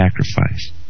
sacrifice